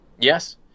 Yes